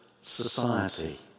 society